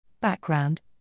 Background